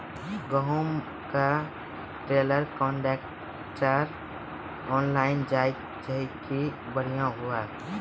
गेहूँ का trailer contractor online जाए जैकी बढ़िया हुआ